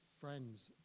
friends